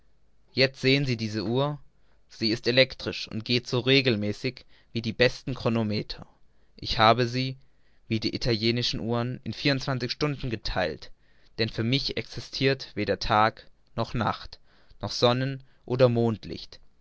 jetzt sehen sie diese uhr sie ist elektrisch und geht so regelmäßig wie die besten chronometer ich habe sie wie die italienischen uhren in vierundzwanzig stunden getheilt denn für mich existirt weder nacht noch tag noch sonnen oder mondlicht